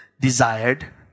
desired